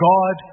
God